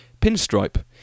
pinstripe